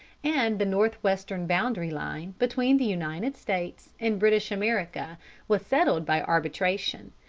and the northwestern boundary line between the united states and british america was settled by arbitration,